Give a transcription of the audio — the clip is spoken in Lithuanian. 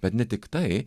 bet ne tiktai